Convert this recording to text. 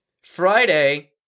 Friday